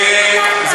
אני לא מבינה את זה.